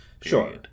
Sure